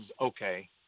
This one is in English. Okay